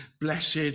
blessed